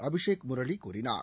அபிஷேக் முரளி கூறினார்